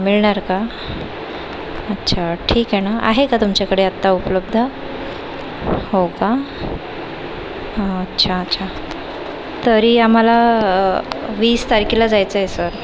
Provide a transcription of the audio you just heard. मिळणार का अच्छा ठिक आहे नं आहे का तुमच्याकडे आता उपलब्ध हो का आ अच्छा अच्छा तरी आम्हाला वीस तारखेला जायचं आहे सर